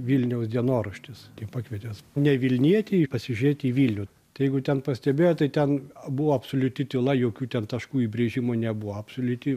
vilniaus dienoraštis tai pakvietė ne vilnietį pasižiūrėt į vilnių tai jeigu ten pastebėjot tai ten buvo absoliuti tyla jokių ten taškų įbrėžimų nebuvo absoliuti